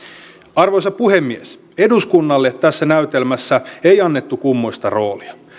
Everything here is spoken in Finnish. arvoisa puhemies eduskunnalle tässä näytelmässä ei annettu kummoista roolia